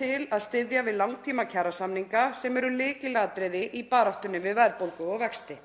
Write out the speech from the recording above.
til að styðja við langtímakjarasamninga sem eru lykilatriði í baráttunni við verðbólgu og vexti.